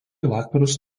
vakarus